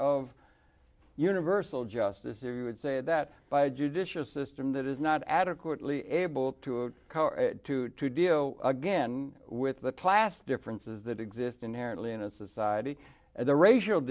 of universal justice if you would say that by judicial system that is not adequately able to deal again with the class differences that exist inherently in a society and the ra